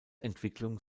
entwicklung